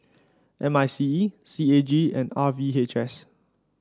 M I C E C A G and R V H S